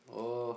oh